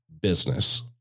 business